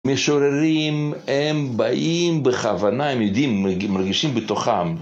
משוררים הם באים בכוונה, הם יודעים, מרגישים בתוכם.